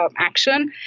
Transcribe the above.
action